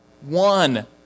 One